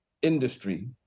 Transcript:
industry